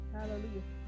Hallelujah